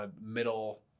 middle